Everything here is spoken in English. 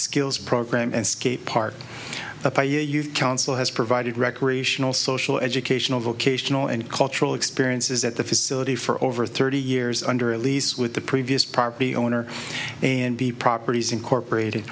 skills program and skate park at the youth council has provided recreational social educational vocational and cultural experiences at the facility for over thirty years under a lease with the previous property owner and the properties incorporated